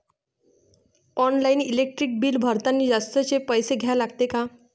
Online electric bill भरतानी जास्तचे पैसे द्या लागते का?